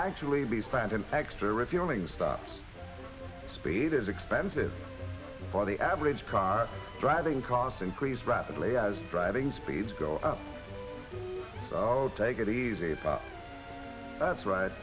actually be spent an extra refueling stop spader's expensive for the average car driving cost increase rapidly as driving speeds go up take it easy that's right